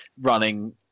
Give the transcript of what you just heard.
running